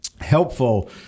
helpful